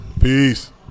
Peace